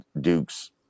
Duke's